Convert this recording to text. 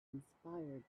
inspired